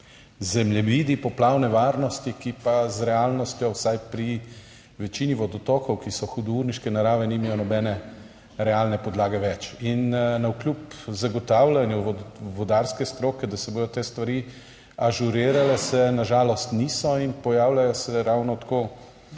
zemljevidi poplavne varnosti, ki pa z realnostjo, vsaj pri večini vodotokov, ki so hudourniške narave, nimajo nobene realne podlage več. In navkljub zagotavljanju vodarske stroke, da se bodo te stvari ažurirale, se na žalost niso in pojavljajo se ravno tako